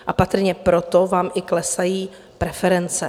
A patrně proto vám i klesají preference.